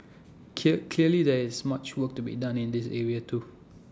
clear clearly there is much work to be done in this area too